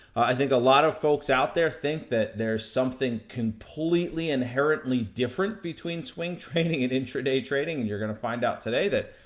i think a lot of folks out there think that there is something completely inherently different, between swing trading and intra-day trading. and you're gonna find out today that,